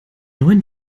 neuen